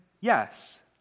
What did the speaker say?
yes